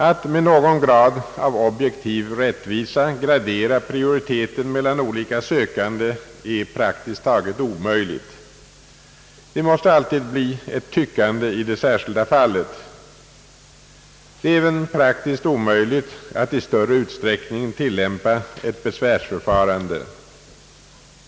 Att med någon grad av objektiv rättvisa gradera prioriteten mellan olika sökande är praktiskt taget omöjligt. Det måste alltid bli ett tyckande i det särskilda fallet. Det är även praktiskt omöjligt att i större utsträckning tilllämpa ett besvärsförfarande.